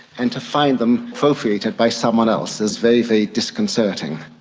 and to find them appropriated by someone else is very, very disconcerting.